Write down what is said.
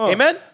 Amen